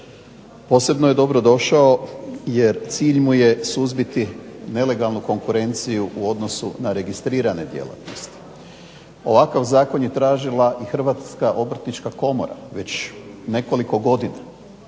Posebno je dobrodošao jer cilj mu je suzbiti nelegalnu konkurenciju u odnosu na registrirane djelatnosti. Ovakav zakon je tražila i Hrvatska obrtnička komora već nekoliko godina.